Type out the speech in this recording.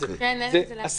הנייר.